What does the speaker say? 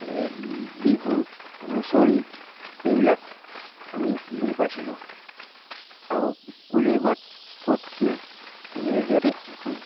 বিহু হুঁচৰি এইবিলাক আমি বুজি পাইছিলোঁ আৰু কুলিৰ মাত ক'ত শুনে ৰেডিঅ'তে শুনো